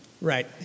Right